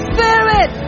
Spirit